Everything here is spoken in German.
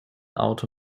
auto